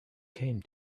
came